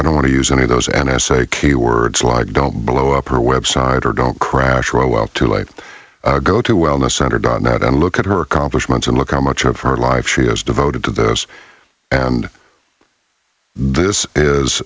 i don't want to use any of those n s a key words like don't blow up her website or don't crash well to life go to wellness center dot net and look at her accomplishments and look how much of her life she has devoted to this and this is